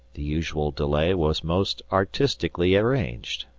the usual delay was most artistically arranged,